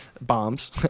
bombs